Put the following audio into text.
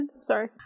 sorry